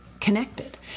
connected